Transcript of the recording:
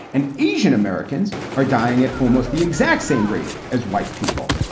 and asian-americans are dying at almost the exact same rate as white people.